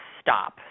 stop